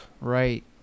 Right